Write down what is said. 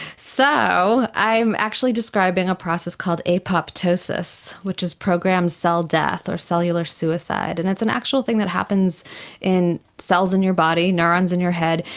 so i'm actually describing a process called apoptosis, which is programmed cell death or cellular suicide, and it's an actual thing that happens in cells in your body, neurons in your head,